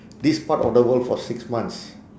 this part of the world for six months